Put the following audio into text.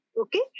Okay